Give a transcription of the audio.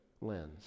lens